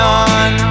on